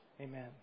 amen